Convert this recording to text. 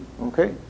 Okay